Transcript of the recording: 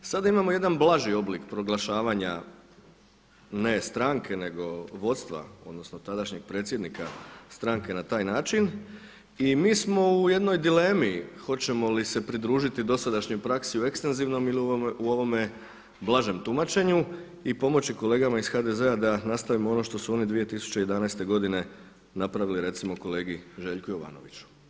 Sada imamo jedan blaži oblik proglašavanja ne stranke nego vodstva odnosno tadašnjeg predsjednika stranke na taj način i mi smo u jednoj dilemi hoćemo li se pridružiti dosadašnjoj praksi u ekstenzivnom ili u ovom blažem tumačenju i pomoći kolegama iz HDZ-a da nastavimo ono što su oni 2011. godine napravili recimo kolegi Željku Jovanoviću.